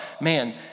man